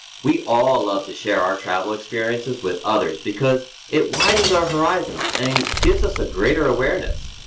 we all love to share our travel experiences with others because it widens our horizons and gives us a greater awareness.